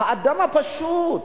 האדם הפשוט,